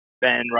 ben